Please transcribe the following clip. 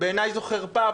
שבעיני זו חרפה.